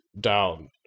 down